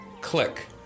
click